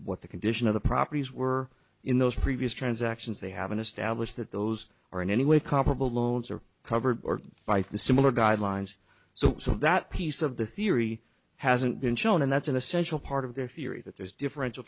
what the condition of the properties were in those previous transactions they haven't established that those are in any way comparable loans are covered by the similar guidelines so that piece of the theory hasn't been shown and that's an essential part of their theory that there's differential